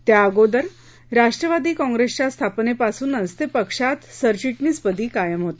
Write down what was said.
त्याअगोदर राष्ट्रवादी काँप्रेसच्या स्थापनेपासूनच ते पक्षात सरचिटणीसपदी कायम होते